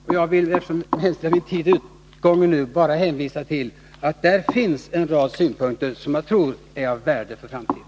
Och jag vill bara —-eftersom min taletid nu gått ut — hänvisa till att det finns en rad synpunkter i rapporten som jag tror är av värde för framtiden.